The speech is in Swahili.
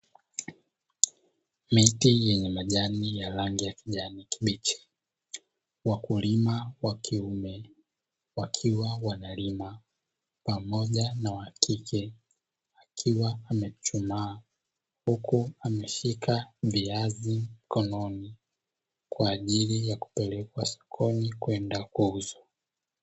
Miti yenye majani ya rangi ya kijani kibichi. Wakulima wa kiume wakiwa wanalima pamoja na wa kike, akiwa amechuchumaa huku akiwa ameshika viazi mkononi, kwa ajili ya kupelekwa sokoni kwenda kuuzwa.